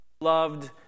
loved